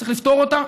צריך לפתור אותה.